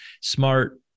smart